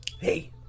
Hey